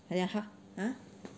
very ha~ !huh!